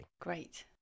Great